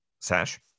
Sash